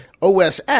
OSS